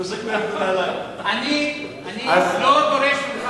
אני לא דורש ממך